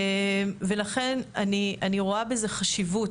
ולכן אני רואה בזה חשיבות.